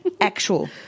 Actual